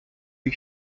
you